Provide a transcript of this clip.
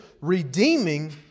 redeeming